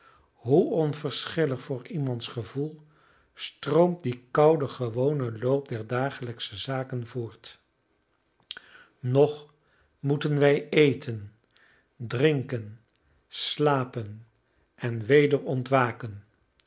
hoe onverschillig voor iemands gevoel stroomt die koude gewone loop der dagelijksche zaken voort nog moeten wij eten drinken slapen en weder